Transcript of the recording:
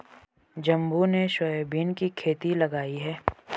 जम्बो ने सोयाबीन की खेती लगाई है